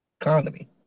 economy